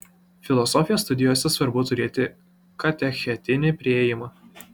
filosofijos studijose svarbu turėti katechetinį priėjimą